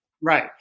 Right